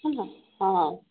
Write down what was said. ହେଲା ହଁ